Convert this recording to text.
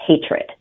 hatred